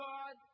God